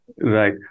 Right